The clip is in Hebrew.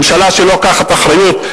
ממשלה שלא לוקחת אחריות,